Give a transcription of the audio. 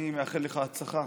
אני מאחל לך הצלחה.